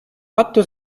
надто